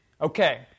Okay